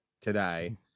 today